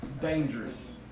Dangerous